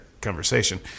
conversation